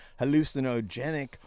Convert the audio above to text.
hallucinogenic